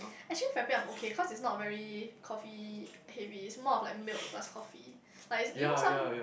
actually frappe I'm okay cause it's not very coffee heavy it's more of like milk plus coffee like you you know some